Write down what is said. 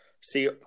See